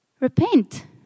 Repent